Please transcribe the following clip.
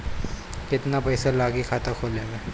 केतना पइसा लागी खाता खोले में?